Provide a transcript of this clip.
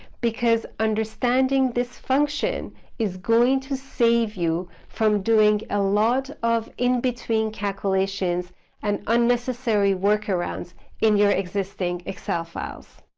because understanding this function is going to save you from doing a lot of in between calculations and unnecessary workarounds in your existing excel files.